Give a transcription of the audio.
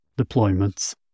deployments